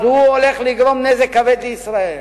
אז הוא הולך לגרום נזק כבד לישראל,